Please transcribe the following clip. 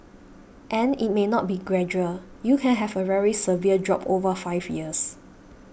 and it may not be gradual you can have a very severe drop over five years